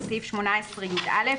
בסעיף 18יא,